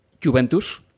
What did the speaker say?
Juventus